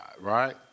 right